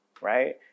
right